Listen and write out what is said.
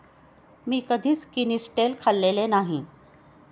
मी कधीच किनिस्टेल खाल्लेले नाही